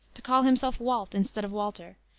to call himself walt instead of walter,